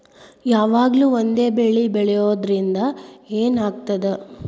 ಯಾವಾಗ್ಲೂ ಒಂದೇ ಬೆಳಿ ಬೆಳೆಯುವುದರಿಂದ ಏನ್ ಆಗ್ತದ?